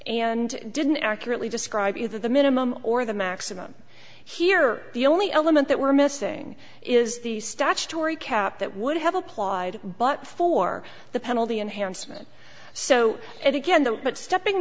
and didn't accurately describe either the minimum or the maximum here the only element that we're missing is the statutory cap that would have applied but for the penalty unhandsome and so and again the but stepping